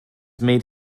made